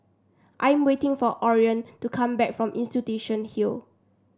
I'm waiting for Orion to come back from Institution Hill